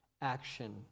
action